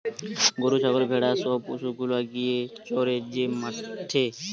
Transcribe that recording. গরু ছাগল ভেড়া সব পশু গুলা গিয়ে চরে যে মাঠে